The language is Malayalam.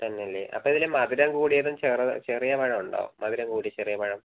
തന്നെ അല്ലേ അപ്പം ഇതിൽ മധുരം കൂടിയതും ചെറു ചെറിയ പഴം ഉണ്ടോ മധുരം കൂടിയ ചെറിയ പഴം